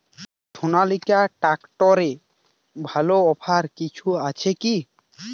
সনালিকা ট্রাক্টরে ভালো অফার কিছু আছে কি?